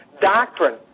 Doctrine